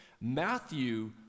Matthew